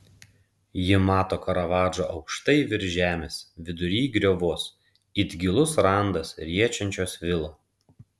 ji mato karavadžą aukštai virš žemės vidury griovos it gilus randas riečiančios vilą